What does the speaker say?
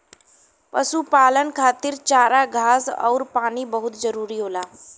पशुपालन खातिर चारा घास आउर पानी बहुत जरूरी होला